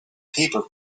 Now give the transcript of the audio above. paper